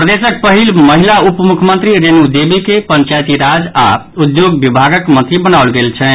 प्रदेशक पहिल महिला उपमुख्यमंत्री रेणु देवी के पंचायती राज आओर उद्योग विभागक मंत्री बनाओल गेल छनि